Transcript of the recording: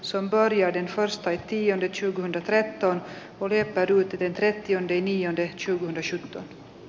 sandor joiden tehosta ei tiennyt suku on rehtori oli epäilty retretti on viini on tehty kuin ensin